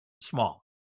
Small